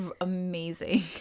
amazing